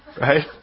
right